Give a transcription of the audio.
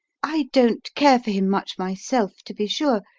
i don't care for him much myself, to be sure,